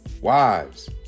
Wives